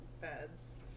beds